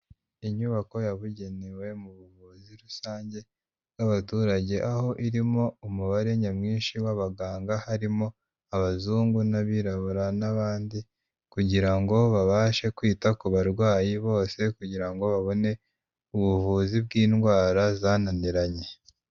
Inyubako yabugenewe mu buvuzi rusange bw'abaturage aho irimo umubare nyamwinshi w'abaganga harimo abazungu n'abirabura n'abandi, kugira ngo babashe kwita ku barwayi bose kugira ngo babone ubuvuzi bw'indwara zananiranye.